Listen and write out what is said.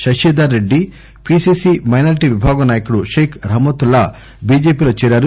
Shashidhar Reddy PCC minority విభాగం నాయకుడు షేక్ రహమతుల్లాలు బిజెపిలో చేరారు